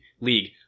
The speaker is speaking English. League